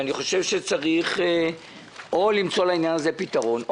אני חושב שצריך למצוא לעניין הזה פתרון,